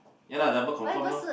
ya lah double confirm loh